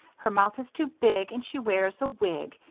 her mouth is too big, and she wears a wig,